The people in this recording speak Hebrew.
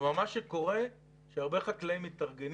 כלומר, מה שקורה זה שהרבה חקלאים מתארגנים,